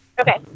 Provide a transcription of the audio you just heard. Okay